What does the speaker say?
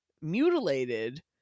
mutilated